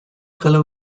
color